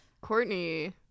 Courtney